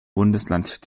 bundesland